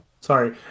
sorry